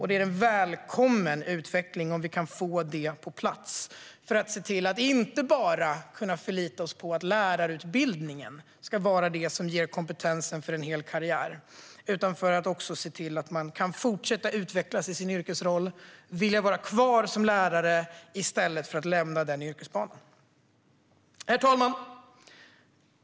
Det är en välkommen utveckling om vi kan få detta på plats så att vi inte behöver förlita oss på att det bara är lärarutbildningen som ger kompetensen för en hel karriär utan att lärarna också kan fortsätta att utvecklas i sin yrkesroll och vill vara kvar i yrkesbanan stället för att lämna den. Herr talman!